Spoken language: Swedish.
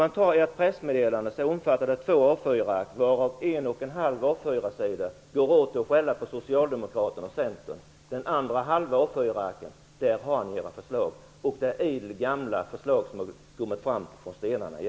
Ert pressmeddelande omfattar två A4-sidor, varav en och en halv går åt att skälla på Socialdemokraterna och Centern, på den resterande halvan har ni era förslag. Det är gamla förslag.